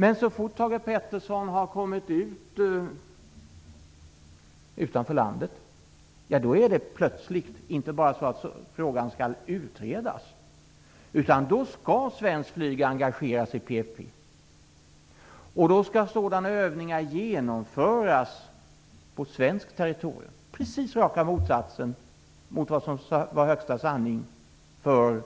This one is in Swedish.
Men så fort Thage G Peterson har kommit utanför landet är det plötsligt inte bara så att frågan skall utredas, utan då skall svenskt flyg engageras i PFF och då skall sådana övningar genomföras på svenskt territorium. Det är precis raka motsatsen mot vad som var högsta sanning för